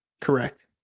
Correct